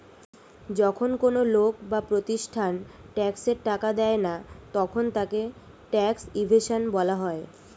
যখন কোন লোক বা প্রতিষ্ঠান ট্যাক্সের টাকা দেয় না তখন তাকে ট্যাক্স ইভেশন বলা হয়